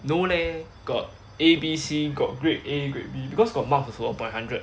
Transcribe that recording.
no leh got A B C got grade A grade B because got mark before upon hundred